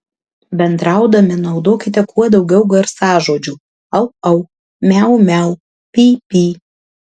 bendraudami naudokite kuo daugiau garsažodžių au au miau miau py py